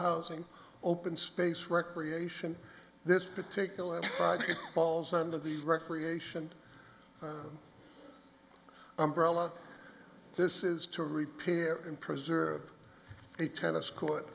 housing open space recreation this particular it falls under the recreation umbrella this is to repair and preserve a tennis court